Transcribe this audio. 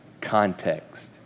context